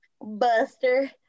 buster